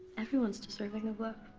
everyone is deserving of love.